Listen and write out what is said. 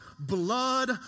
blood